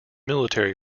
military